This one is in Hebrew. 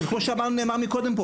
וכמו שנאמר פה קודם,